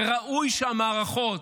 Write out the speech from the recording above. וראוי שהמערכות,